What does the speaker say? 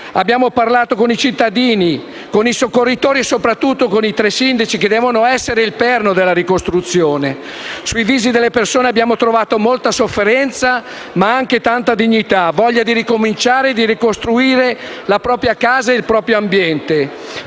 Abbiamo parlato con i cittadini, con i soccorritori e soprattutto con i tre sindaci che devono essere il perno della ricostruzione. Sui visi delle persone abbiamo trovato molta sofferenza, ma anche tanta dignità, voglia di ricominciare e di ricostruire la propria casa e il proprio ambiente.